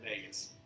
Vegas